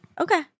Okay